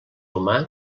humà